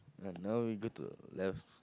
ya now we go to left